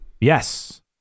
Yes